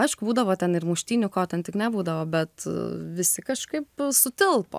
aišku būdavo ten ir muštynių ko ten tik nebūdavo bet visi kažkaip sutilpo